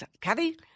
Kathy